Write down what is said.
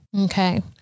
Okay